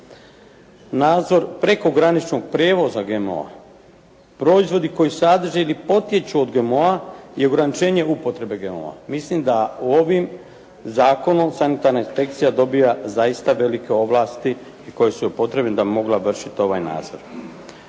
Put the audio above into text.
nadzor prekograničnog prijevoza GMO-a proizvodi koji sadrže ili potječu od GMO-a i ograničenje upotrebe GMO-a. Mislim da ovim zakonom sanitarna inspekcija dobiva zaista velike ovlasti i koje su joj potrebne da bi mogla vršiti ovaj nadzor.